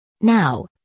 Now